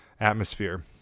atmosphere